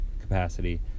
capacity